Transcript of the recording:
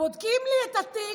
ובודקים לי את התיק.